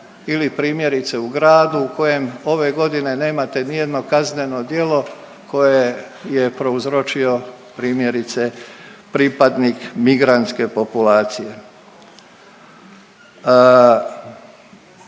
Ili primjerice u gradu u kojem ove godine nemate ni jedno kazneno djelo koje je prouzročio pripadnik migrantske populacije.